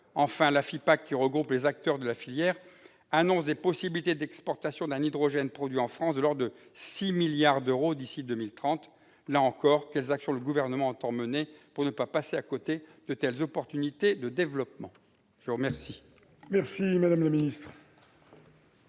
l'AFHYPAC, qui regroupe les acteurs de la filière, annonce des possibilités d'exportation d'un hydrogène produit en France à hauteur d'environ 6 milliards d'euros d'ici à 2030. Là encore, quelles actions le Gouvernement entend-il mener pour ne pas passer à côté de telles opportunités de développement ? La parole